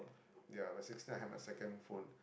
ya by sixteen I had my second phone